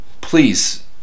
please